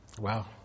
Wow